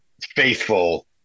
faithful